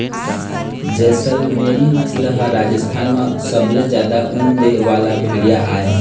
जैसलमेरी नसल ह राजस्थान म सबले जादा ऊन दे वाला भेड़िया आय